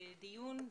דיון,